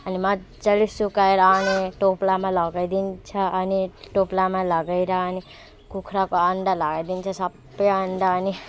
अनि मजाले सुकाएर अनि टोप्लामा लगाइदिन्छ अनि टोप्लामा लगाएर अनि कुखुराको अन्डा लगाइदिन्छ सबै अन्डा अनि